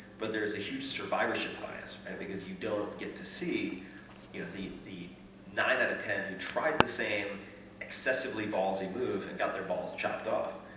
but there is a huge survivorship bias because you don't get to see you know the the nine out of ten who tried the same excessively ballsy move and got their balls chopped off.